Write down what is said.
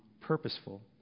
purposeful